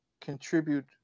contribute